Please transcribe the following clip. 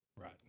Right